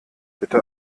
bitte